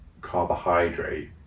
carbohydrate